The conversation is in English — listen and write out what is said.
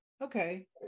okay